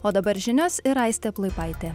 o dabar žinios ir aistė plaipaitė